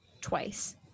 twice